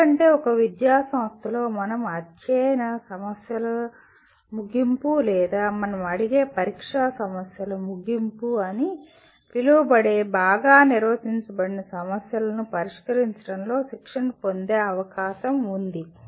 ఎందుకంటే ఒక విద్యాసంస్థలో మనం అధ్యాయ సమస్యల ముగింపు లేదా మనం అడిగే పరీక్షా సమస్యల ముగింపు అని పిలవబడే బాగా నిర్వచించబడిన సమస్యలను పరిష్కరించడంలో శిక్షణ పొందే అవకాశం ఉంది